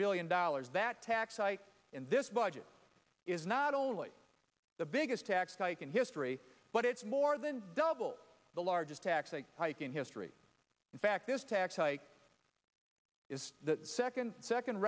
billion dollars that tax hike in this budget is not only the biggest tax hike in history but it's more than double the largest tax hike in history in fact this tax hike is the second second